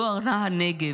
דואר נע הנגב,